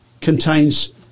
contains